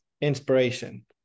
inspiration